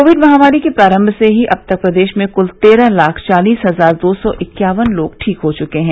Covid महामारी के प्रारम्भ से अब तक प्रदेश में कुल तेरह लाख चालीस हजार दो सौ इक्यावन लोग ठीक हो चुके हैं